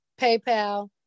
PayPal